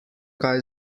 kaj